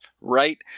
right